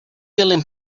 yelling